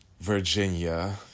Virginia